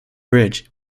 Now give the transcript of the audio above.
bridge